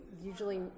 usually